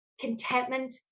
Contentment